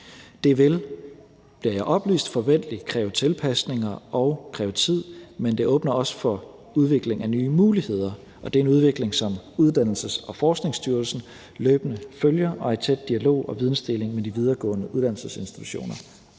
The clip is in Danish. Det vil, bliver jeg oplyst, forventeligt kræve tilpasninger og kræve tid, men det åbner også for en udvikling af nye muligheder, og det er en udvikling, som Uddannelses- og Forskningsstyrelsen løbende følger, og som de er i tæt dialog og har vidensdeling med de videregående uddannelsesinstitutioner